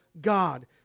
God